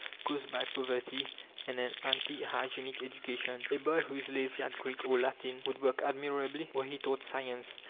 caused by poverty and an anti-hygienic education. a boy who is lazy at greek or latin would work admirably were he taught science,